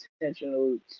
intentional